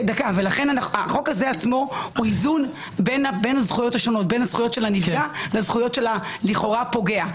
לכן החוק הזה הוא איזון בין הזכויות של הנפגע לאלה של הלכאורה פוגע,